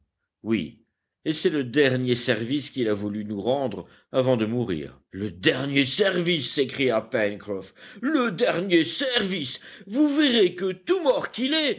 oui et c'est le dernier service qu'il a voulu nous rendre avant de mourir le dernier service s'écria pencroff le dernier service vous verrez que tout mort